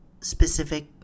specific